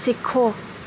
सिक्खो